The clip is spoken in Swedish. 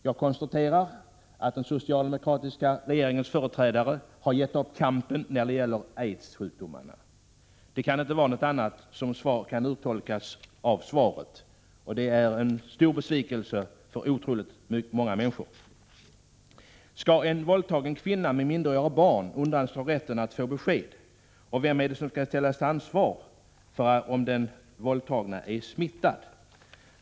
Jag konstaterar att den socialdemokratiska regeringens företrädare har givit upp kampen när det gäller aidssjukdomen. På annat sätt kan man inte tolka svaret. Det är en stor besvikelse för många människor. Skall en våldtagen kvinna med minderåriga barn undandras rätten att få besked, och vem är det som skall ställas till ansvar om den våldtagna är smittad?